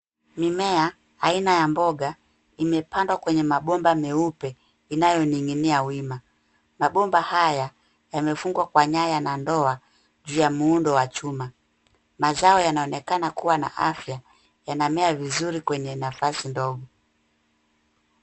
Mimea aina ya mboga imepandwa kwenye mabomba meupe inayoning'inia wima. Mabomba haya yamefungwa kwa nyaya na ndoa ya muundo wa chuma. Mazao yanaonekana kuwa na afya,